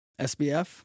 SBF